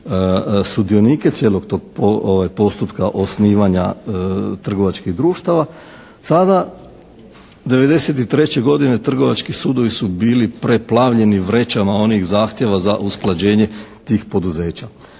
sudionike cijelog tog postupka osnivanja trgovačkih društava. Sada '93. godine trgovački sudovi su bili preplavljeni vrećama onih zahtjeva za usklađenje tih poduzeća.